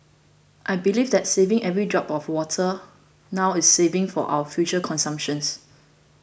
I believe that saving every drop of water now is saving for our future consumptions